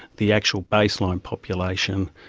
the actual baseline population,